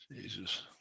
Jesus